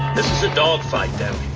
this is a dog fight down